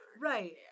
Right